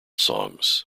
songs